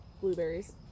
blueberries